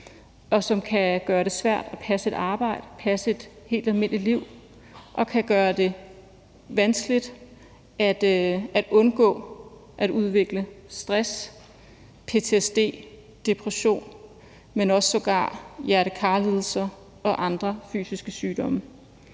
og som kan gøre det svært at passe et arbejde og passe et helt almindeligt liv, og som kan gøre det vanskeligt at undgå at udvikle stress, ptsd og depression, men sågar også hjerte-kar-lidelser og andre fysiske sygdomme.